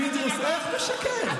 פינדרוס, איך משקר?